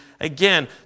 again